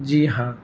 جی ہاں